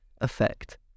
effect